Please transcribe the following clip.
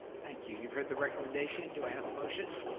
thank you, you've heard the recommendation. do i have a motion?